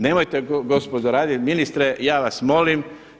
Nemojte gospodo raditi, ministre ja vas molim.